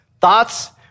Thoughts